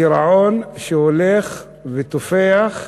גירעון שהולך ותופח,